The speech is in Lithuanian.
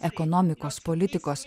ekonomikos politikos